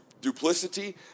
duplicity